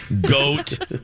goat